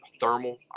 thermal